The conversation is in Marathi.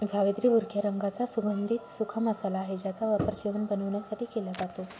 जावेत्री भुरक्या रंगाचा सुगंधित सुका मसाला आहे ज्याचा वापर जेवण बनवण्यासाठी केला जातो